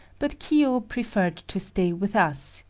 but kiyo preferred to stay with us,